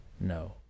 no